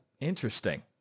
interesting